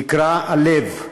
נקרע הלב.